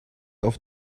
auf